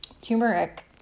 turmeric